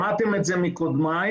שמעתם את זה מקודמיי,